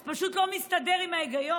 זה פשוט לא מסתדר עם ההיגיון.